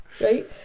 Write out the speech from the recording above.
right